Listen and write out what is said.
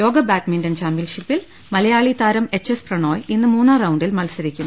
ലോക ബാഡ്മിന്റൺ ചാമ്പ്യൻഷിപ്പിൽ മലയാളി താരം എച്ച് എസ് പ്രണോയ് ഇന്ന് മൂന്നാം റൌണ്ടിൽ മത്സരിക്കും